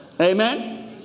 Amen